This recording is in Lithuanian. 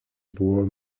buvo